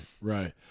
Right